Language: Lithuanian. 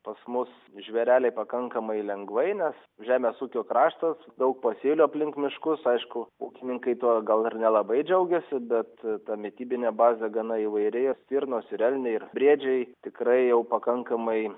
pas mus žvėreliai pakankamai lengvai nes žemės ūkio kraštas daug pasėlių aplink miškus aišku ūkininkai to gal ir nelabai džiaugiasi bet ta mitybinė bazė gana įvairi ir stirnos ir elniai ir briedžiai tikrai jau pakankamai